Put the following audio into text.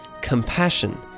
compassion